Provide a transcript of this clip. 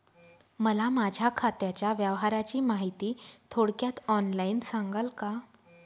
मला माझ्या खात्याच्या व्यवहाराची माहिती थोडक्यात ऑनलाईन सांगाल का?